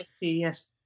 Yes